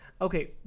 okay